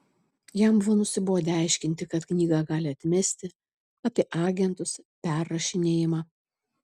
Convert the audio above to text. jam buvo nusibodę aiškinti kad knygą gali atmesti apie agentus perrašinėjimą